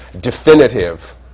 definitive